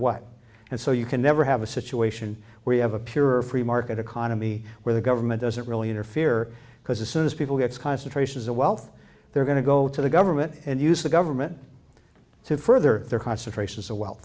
what and so you can never have a situation where you have a pure free market economy where the government doesn't really interfere because as soon as people have concentrations of wealth they're going to go to the government and use the government to further their concentrations of w